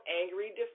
angry